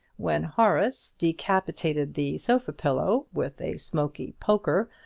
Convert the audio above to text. when horace decapitated the sofa-pillow with a smoky poker,